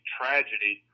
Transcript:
tragedy